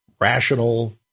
rational